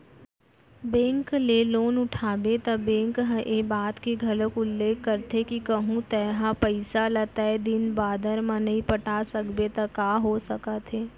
bank ले loan उठाबे त बेंक ह ए बात के घलोक उल्लेख करथे के कहूँ तेंहा पइसा ल तय दिन बादर म नइ पटा सकबे त का हो सकत हे